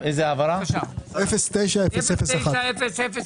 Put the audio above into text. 22' לשנת התקציב 23' בסך של 106 מלש"ח ו-227 אלפי ₪,